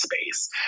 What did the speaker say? space